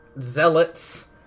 zealots